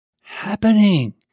happening